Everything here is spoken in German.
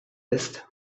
ist